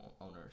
owners